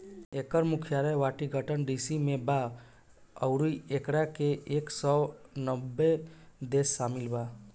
एकर मुख्यालय Washington DC में बा अउरी एकरा में एक सौ नब्बे देश शामिल बाटे